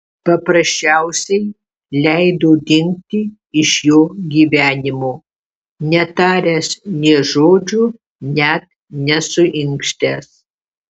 paprasčiausiai leido dingti iš jo gyvenimo netaręs nė žodžio net nesuinkštęs